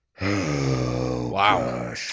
Wow